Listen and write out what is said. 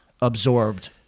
absorbed